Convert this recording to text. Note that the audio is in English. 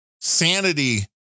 sanity